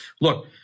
Look